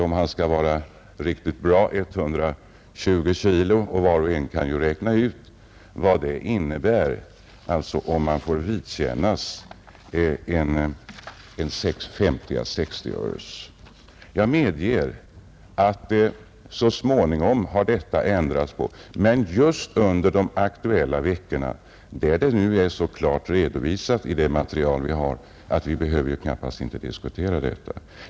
Var och en kan räkna ut hur mycket en mellankalvsuppfödare som har sina leveranser just under dessa veckor förlorar — en bra mellankalv väger 120 kilogram. Jag medger att förhållandena nu har ändrats, men just under de aktuella veckorna drabbades jordbrukarna hårt — det är så klart redovisat i det material vi har att vi knappast behöver diskutera det.